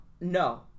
no